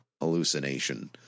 Hallucination